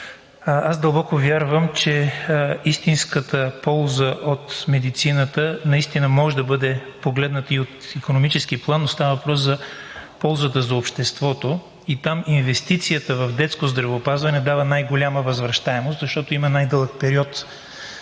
Дълбоко вярвам, че истинската полза от медицината наистина може да бъде погледната и от икономически план, но става въпрос за ползата за обществото и там инвестицията в детското здравеопазване дава най-голяма възвръщаемост, защото има най-дълъг период,